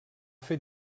fer